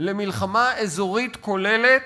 למלחמה אזורית כוללת